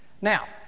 Now